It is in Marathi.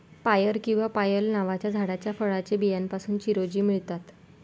पायर किंवा पायल नावाच्या झाडाच्या फळाच्या बियांपासून चिरोंजी मिळतात